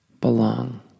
belong